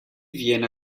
viene